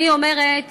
אני אומרת